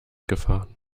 gefahren